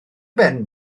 ben